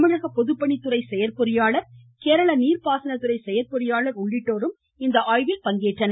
தமிழக பொதுப்பணித்துறை செயற்பொறியாளர் கேரள நீர்ப்பாசனத்துறை செயற்பொறியாளர் உள்ளிட்டோர் இந்த ஆய்வில் பங்கேற்றனர்